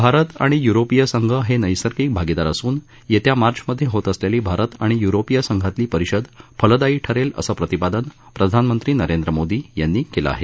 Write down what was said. भारत आणि य्रोपीय संघ हे नैसर्गिक भागीदार असून येत्या मार्चमध्ये होत असलेली भारत आणि य्रोपीय संघातली परिषद फलदायी ठरेल असं प्रतिपादन प्रधानमंत्री नरेंद्र मोदी यांनी केलं आहे